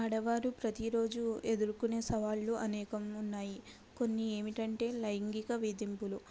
ఆడవారు ప్రతిరోజు ఎదుర్కునే సవాళ్ళు అనేకం ఉన్నాయి కొన్ని ఏమిటంటే లైంగిక వేధింపులు